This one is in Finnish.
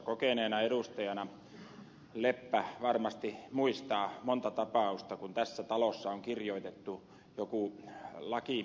kokeneena edustajana leppä varmasti muistaa monta tapausta kun tässä talossa on kirjoitettu joku lakimietintö